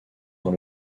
dans